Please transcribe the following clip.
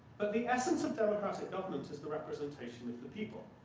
but the essence of democratic government is the representation of the people.